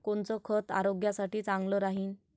कोनचं खत आरोग्यासाठी चांगलं राहीन?